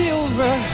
Silver